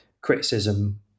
criticism